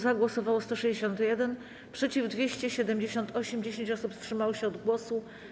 Za głosowało 161, przeciw - 278, 10 osób wstrzymało się od głosu.